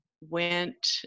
went